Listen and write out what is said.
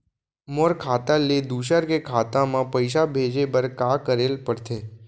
मोर खाता ले दूसर के खाता म पइसा भेजे बर का करेल पढ़थे?